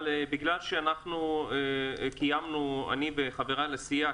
אבל בגלל שאנחנו קיימנו אני וחברי לסיעה